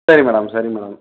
சரி மேடம் சரி மேடம்